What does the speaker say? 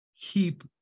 keep